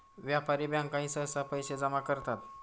व्यापारी बँकाही सहसा पैसे जमा करतात